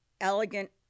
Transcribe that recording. elegant